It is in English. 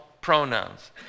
pronouns